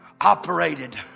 operated